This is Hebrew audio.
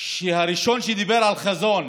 שהראשון שדיבר על חזון